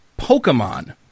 Pokemon